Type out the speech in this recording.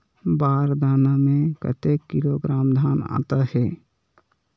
बार दाना में कतेक किलोग्राम धान आता हे?